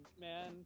man